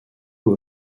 who